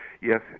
Yes